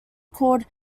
called